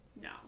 No